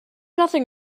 nothing